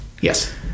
Yes